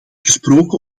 gesproken